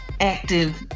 active